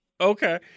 okay